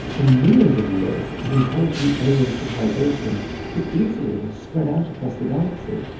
in millions of years, an intelligent alien civilization could easily have spread out across the galaxy,